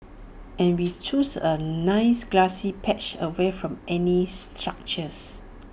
and we chose A nice grassy patch away from any structures